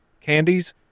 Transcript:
candies